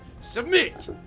SUBMIT